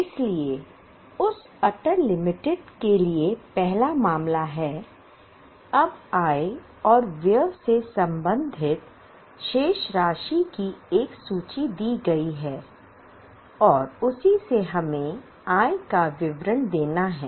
इसलिए उस अटल लिमिटेड के लिए पहला मामला है अब आय और व्यय से संबंधित शेष राशि की एक सूची दी गई है और उसी से हमें आय का विवरण देना है